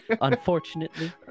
unfortunately